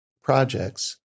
projects